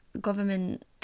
government